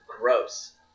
gross